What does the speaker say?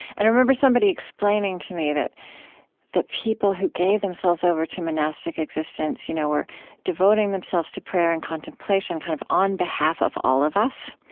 and i remember somebody explaining to me that the people who gave themselves over to monastic existence you know are devoting themselves to prayer and contemplation kind of on behalf of all of us.